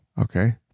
Okay